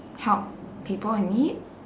help people in need